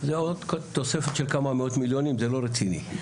זה עוד תוספת של כמה מיליונים זה לא רציני,